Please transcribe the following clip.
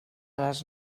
les